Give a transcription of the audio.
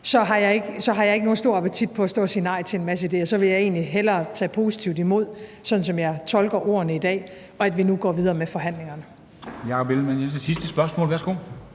så har jeg ikke nogen stor appetit på at stå og sige nej til en masse idéer. Så vil jeg egentlig hellere tage positivt imod de ord, som jeg tolker dem i dag, og have, at vi nu går videre med forhandlingerne.